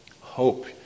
Hope